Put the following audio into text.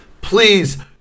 please